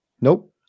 Nope